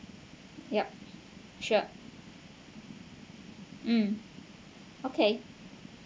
yup sure mm okay